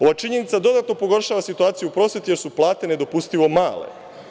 Ova činjenica dodatno pogoršava situaciju u prosveti jer su plate nedopustivo male.